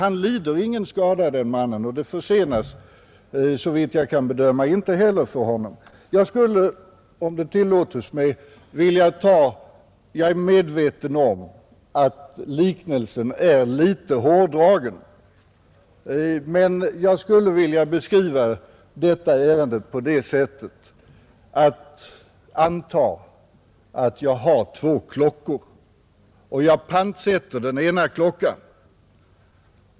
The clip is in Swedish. Han lider ingen skada, och såvitt jag kan bedöma uppstår inte heller någon försening för honom. Jag skulle, om det tillåtes mig, vilja beskriva detta ärende genom att göra en liknelse — jag är medveten om att den är litet hårdragen. Antag att jag har två klockor och pantsätter den ena.